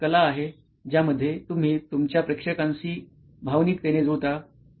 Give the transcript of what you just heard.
ती एक कला आहे ज्यामध्ये तुम्ही तुमच्या प्रेक्षकांशी भावनिकतेने जुळता